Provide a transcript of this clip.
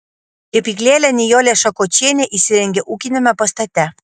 kepyklėlę nijolė šakočienė įsirengė ūkiniame pastate